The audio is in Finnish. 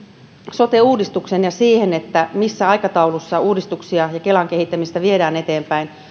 sote uudistukseen ja siihen missä aikataulussa uudistuksia ja kelan kehittämistä viedään eteenpäin